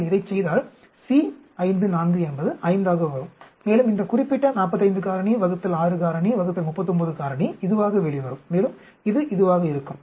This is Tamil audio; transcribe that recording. நீங்கள் இதைச் செய்தால் C 5 4 என்பது 5 ஆக வரும் மேலும் இந்த குறிப்பிட்ட 45 காரணி ÷ 6 காரணி ÷ 39 காரணி இதுவாக வெளிவரும் மேலும் இது இதுவாக இருக்கும்